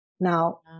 now